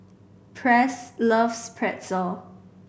Press loves Pretzel